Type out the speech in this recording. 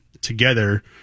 together